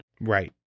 Right